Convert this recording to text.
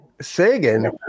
Sagan